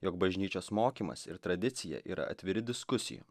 jog bažnyčios mokymas ir tradicija yra atviri diskusijai